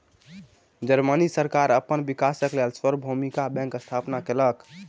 Germany सरकार अपन विकासक लेल सार्वभौमिक बैंकक स्थापना केलक